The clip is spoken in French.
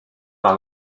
dans